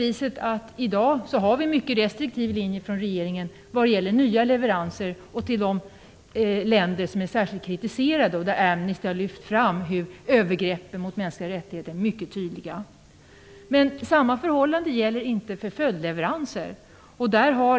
I dag har vi en mycket restriktiv linje från regeringen vad gäller nya leveranser till länder som är särskilt kritiserade och där Amnesty har lyft fram hur övergrepp mot mänskliga rättigheter är mycket tydliga. Men samma förhållande gäller inte för följdleveranser.